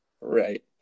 right